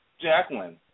Jacqueline